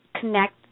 connect